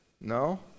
No